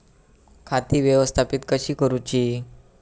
खाती व्यवस्थापित कशी करूची?